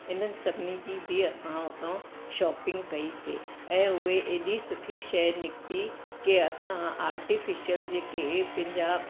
इन्हनि सभिनी जी बि असां हुता शॉपिंग कईसीं ऐं उहे एॾी सुठी शइ निकिती की असां आर्टीफिशल जेके पंहिंजा